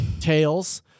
Tails